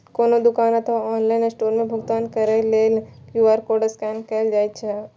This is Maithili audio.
कोनो दुकान अथवा ऑनलाइन स्टोर मे भुगतान करै लेल क्यू.आर कोड स्कैन कैल जाइ छै